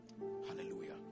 Hallelujah